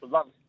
Love